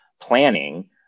planning